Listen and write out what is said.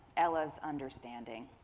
ella's understanding.